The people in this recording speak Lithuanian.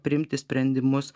priimti sprendimus